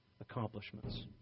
accomplishments